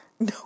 No